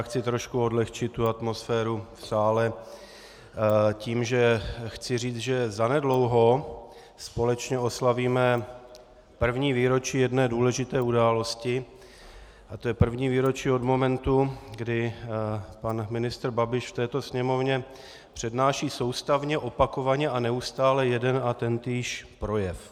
Já chci trošku odlehčit atmosféru v sále tím, že chci říct, že zanedlouho společně oslavíme první výročí jedné důležité události a to je první výročí od momentu, kdy pan ministr Babiš v této sněmovně přednáší soustavně, opakovaně a neustále jeden a tentýž projev.